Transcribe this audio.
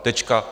Tečka.